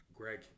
Greg